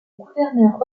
gouverneur